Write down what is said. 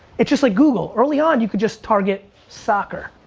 it's just like google. early on you could just target soccer.